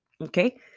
Okay